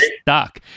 stuck